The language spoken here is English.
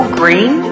green